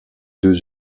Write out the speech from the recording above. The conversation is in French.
deux